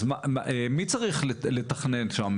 אז מי צריך לתכנן שם?